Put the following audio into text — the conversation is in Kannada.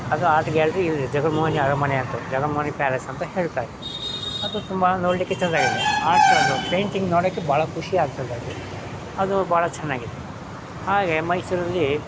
ಅದು ಆರ್ಟ್ ಗ್ಯಾಲ್ರಿ ಜಗನ್ಮೋಹಿನಿ ಅರಮನೆ ಹತ್ತಿರ ಜಗನ್ಮೋಹಿನಿ ಪ್ಯಾಲೇಸ್ ಅಂತ ಹೇಳ್ತಾರೆ ಅದು ತುಂಬ ನೋಡಲಿಕ್ಕೆ ಚೆಂದ ಆಗಿದೆ ಆರ್ಟ್ ಅದು ಪೈಂಟಿಂಗ್ ನೋಡೋಕ್ಕೆ ಭಾಳ ಖುಷಿ ಆಗ್ತದೆ ಅದು ಅದು ಭಾಳ ಚೆನ್ನಾಗಿತ್ತು ಹಾಗೆ ಮೈಸೂರಲ್ಲಿ